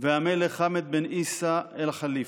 והמלך חמד בן עיסא אאל ח'ליפה.